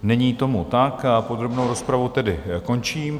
Není tomu tak, podrobnou rozpravu tedy končím.